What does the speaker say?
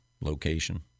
location